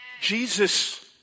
Jesus